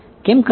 કેમ કરી શક્યા